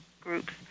groups